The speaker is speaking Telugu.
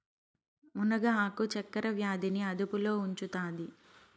మునగ ఆకు చక్కర వ్యాధి ని అదుపులో ఉంచుతాది